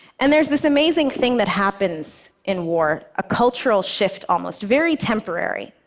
and there's this amazing thing that happens in war, a cultural shift almost, very temporary.